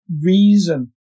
reason